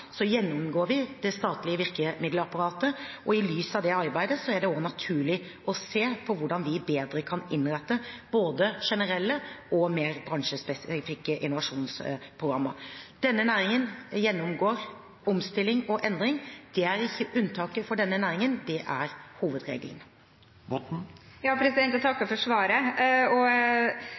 vi nå gjennomgår det statlige virkemiddelapparatet. I lys av dette arbeidet er det naturlig å se på hvordan vi bedre kan innrette både generelle og mer bransjespesifikke innovasjonsprogrammer. Denne næringen gjennomgår omstilling og endring. Det er ikke unntaket for denne næringen – det er hovedregelen. Jeg